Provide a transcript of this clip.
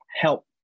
help